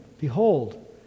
Behold